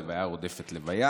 לוויה רודפת לוויה.